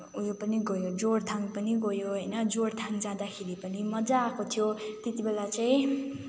उयो पनि गयो जोरथाङ पनि गयो होइन जोरथाङ जाँदाखेरि पनि मज्जा आएको थियो त्यतिबेला चाहिँ